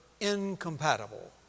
incompatible